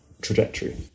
trajectory